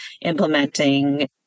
implementing